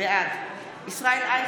בעד ישראל אייכלר,